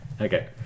Okay